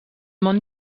món